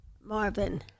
Marvin